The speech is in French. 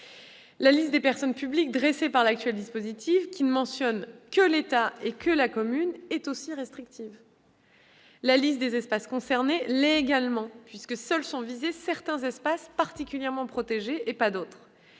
La liste des personnes publiques dressée par l'actuel dispositif, qui ne mentionne que l'État et la commune, est en effet trop restrictive. Celle des espaces concernés l'est également, puisque seuls sont visés certains espaces particulièrement protégés. C'est